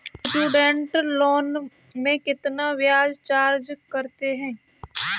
Student loan में कितना ब्याज चार्ज करते हैं?